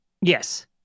Yes